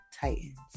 Titans